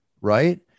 right